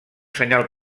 senyal